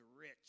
rich